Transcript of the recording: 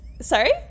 sorry